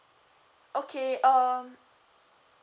okay um